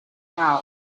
out